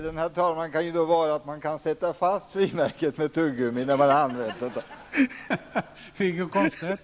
Herr talman! Fördelen kan vara att man kan sätta fast frimärket med tuggummit och använda det så.